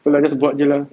tu habis buat jer lah